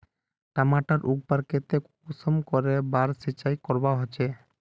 टमाटर उगवार केते कुंसम करे बार सिंचाई करवा होचए?